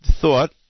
Thought